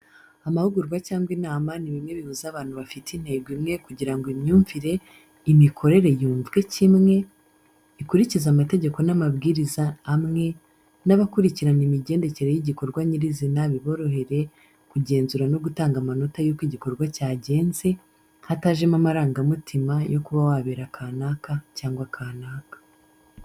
Amahugurwa cyangwa inama ni bimwe bihuza abantu bafite intego imwe kugirango imyumvire imikorere yumvwe kimwe, ikurikize amatageko n'amabwiriza amwe, n'abakurikirana imigendekere y'igikorwa nyirizina biborohere kugenzura no gutanga amanota y'uko igikorwa cyagenze, hatajemo amarangamutima yo kuba wabera kanaka cyangwa kanaka.